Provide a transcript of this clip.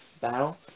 battle